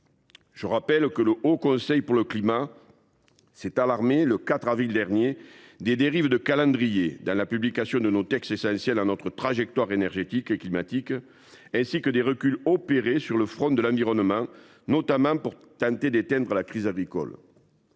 Je rappelle que le Haut Conseil pour le climat s’est alarmé le 4 avril dernier des « dérives de calendrier » dans la publication des textes essentiels à notre trajectoire énergétique et climatique, ainsi que des reculs opérés sur le front de l’environnement, notamment pour tenter d’éteindre la crise agricole.